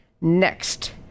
Next